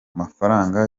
mafaranga